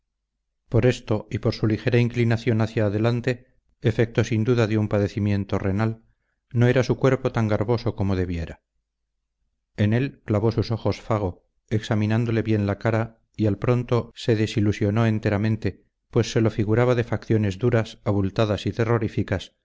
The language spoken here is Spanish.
por esto y por su ligera inclinación hacia adelante efecto sin duda de un padecimiento renal no era su cuerpo tan garboso como debiera en él clavó sus ojos fago examinándole bien la cara y al pronto se desilusionó enteramente pues se lo figuraba de facciones duras abultadas y terroríficas